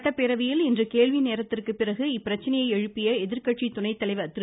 சட்டப்பேரவையில் இன்று கேள்வி நேரத்திற்குப்பிறகு இப்பிரச்சனையை எழுப்பிய எதிர்கட்சி துணை தலைவர் திரு